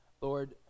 Lord